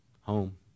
home